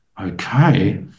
Okay